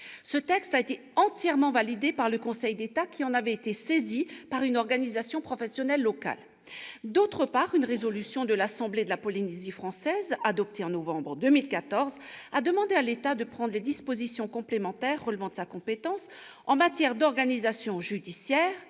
Ce texte a été entièrement validé par le Conseil d'État, qui en avait été saisi par une organisation professionnelle locale. D'autre part, une résolution de l'assemblée de la Polynésie française, adoptée en novembre 2014, a demandé à l'État de prendre les dispositions complémentaires relevant de sa compétence, en matière d'organisation judiciaire,